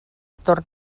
torna